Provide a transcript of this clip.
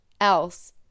else